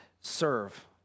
serve